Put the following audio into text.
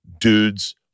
dudes